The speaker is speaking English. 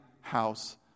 house